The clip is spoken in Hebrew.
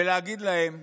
ולהגיד להם